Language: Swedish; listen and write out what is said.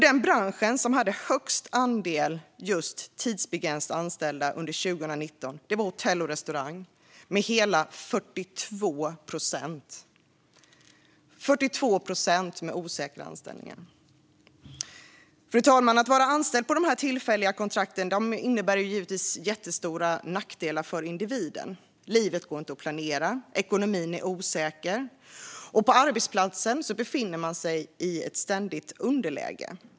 Den bransch som hade högst andel tidsbegränsat anställda under 2019 var hotell och restaurang, där hela 42 procent hade osäkra anställningar. Fru talman! Att vara anställd på tillfälliga kontrakt innebär givetvis jättestora nackdelar för individen. Livet går inte att planera, ekonomin är osäker och på arbetsplatsen befinner man sig i ett ständigt underläge.